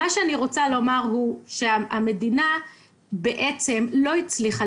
מה שאני רוצה לומר הוא שהמדינה בעצם לא הצליחה